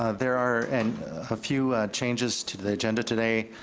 there are and a few changes to the agenda today.